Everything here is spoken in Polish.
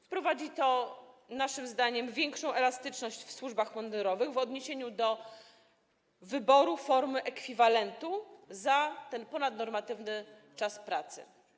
Wprowadzi to naszym zdaniem większą elastyczność w służbach mundurowych w odniesieniu do wyboru formy ekwiwalentu za ten ponadnormatywny czas pracy.